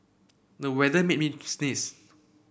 the weather made me sneeze